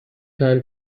time